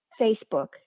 Facebook